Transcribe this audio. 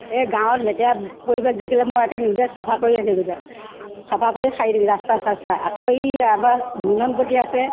এই গাঁৱত লেতেৰা পৰিৱেশ দেখিলে মই একে নিজে চাফা কৰি একে ৰাখোঁ চাফা কৰি সাৰি দিওঁগৈ ৰাস্তা চাস্তা আকৌ এই আমাৰ মিলনপতি আছে